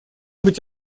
быть